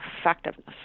effectiveness